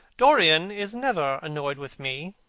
dorian is never annoyed with me,